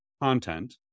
content